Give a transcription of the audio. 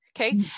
Okay